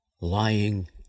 lying